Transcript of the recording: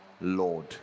lord